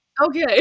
Okay